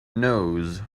knows